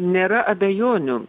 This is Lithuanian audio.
nėra abejonių